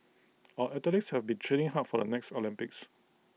our athletes have been training hard for the next Olympics